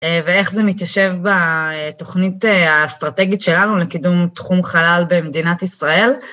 ואיך זה מתיישב בתוכנית האסטרטגית שלנו לקידום תחום חלל במדינת ישראל.